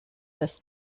das